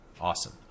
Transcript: Awesome